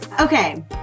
Okay